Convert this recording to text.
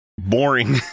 boring